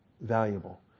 valuable